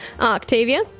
Octavia